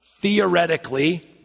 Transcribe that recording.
Theoretically